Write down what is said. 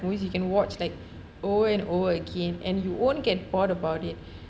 movies you can watch like over and over again and you won't get bored about it